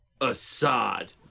Assad